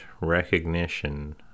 recognition